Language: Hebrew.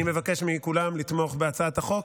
אני מבקש מכולם לתמוך בהצעת החוק,